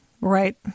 Right